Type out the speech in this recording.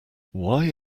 why